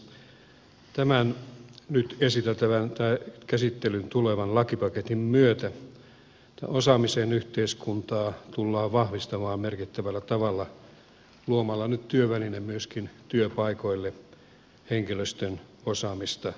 tämän nyt esiteltävän tai käsittelyyn tulevan lakipaketin myötä osaamisen yhteiskuntaa tullaan vahvistamaan merkittävällä tavalla luomalla nyt työväline myöskin työpaikoille henkilöstön osaamisen kehittämiseen